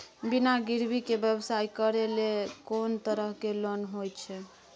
बिना गिरवी के व्यवसाय करै ले कोन तरह के लोन होए छै?